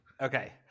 Okay